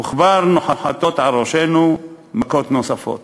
וכבר נוחתות על ראשנו מכות נוספות.